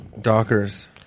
dockers